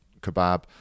kebab